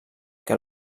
que